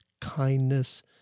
kindness